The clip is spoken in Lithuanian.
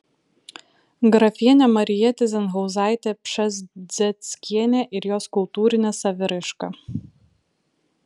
grafienė marija tyzenhauzaitė pšezdzieckienė ir jos kultūrinė saviraiška